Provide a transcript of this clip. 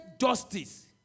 justice